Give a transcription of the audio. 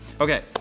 Okay